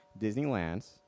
disneyland